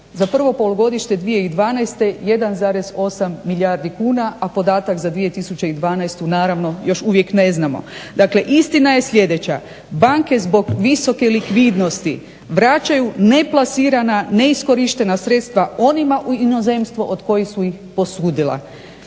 za prvo polugodište 2012. 1,8 milijardi kuna, a podatak za 2012.naravno još uvijek ne znamo. Dakle istina je sljedeća banke zbog visoke likvidnosti vraćaju neplasirana, neiskorištena sredstva onima u inozemstvo od kojih su ih posudila.